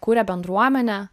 kuria bendruomenę